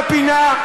בפינה.